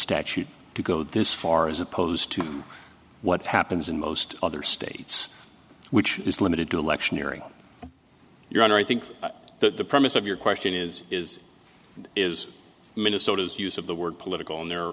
statute to go this far as opposed to what happens in most other states which is limited to electioneering your honor i think that the premise of your question is is is minnesota's use of the word political and there